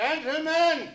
Gentlemen